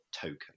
token